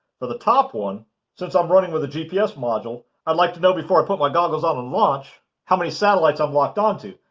for the top one since i'm running with a gps module, i'd like to know before i put my goggles on and launch how many satellites i'm locked onto.